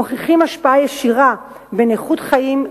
מוכיחים השפעה ישירה בין איכות החיים,